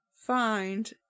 find